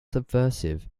subversive